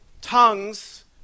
tongues